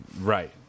Right